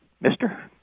Mister